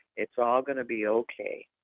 it's all going to be ok.